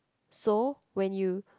so when you